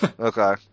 Okay